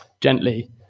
gently